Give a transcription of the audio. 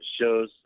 shows